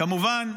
כמובן,